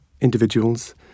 individuals